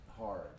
hard